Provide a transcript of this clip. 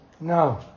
No